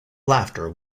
laughter